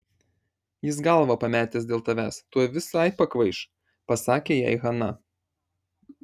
jis galvą pametęs dėl tavęs tuoj visai pakvaiš pasakė jai hana